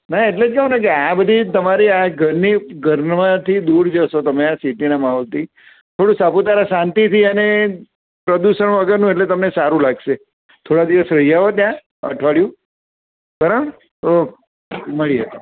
ના એટલે જ કહું ને કે આ બધી તમારી આ ઘરની ઘરમાંથી દૂર જશો તમે આ સિટીના માહોલથી થોડું સાપુતારા શાંતિથી અને પ્રદૂષણ વગરનું એટલે તમને સારું લાગશે થોડાં દિવસ રહી આવો ત્યાં અઠવાડીયું તો મળીએ